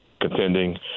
contending